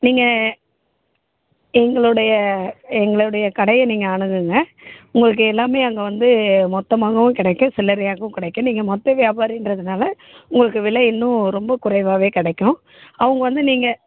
நீங்கள் எங்களுடைய எங்களுடைய கடையை நீங்கள் அணுகுங்கள் உங்களுக்கு எல்லாமே அங்கே வந்து மொத்தமாகவும் கிடைக்கும் சில்லறையாகவும் கிடைக்கும் நீங்கள் மொத்த வியாபாரின்றதனால உங்களுக்கு விலை இன்னும் ரொம்ப குறைவாகவே கிடைக்கும் அவங்க வந்து நீங்கள்